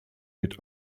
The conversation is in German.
mit